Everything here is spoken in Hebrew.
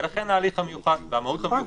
ולכן ההליך המיוחד והמהות המיוחדת.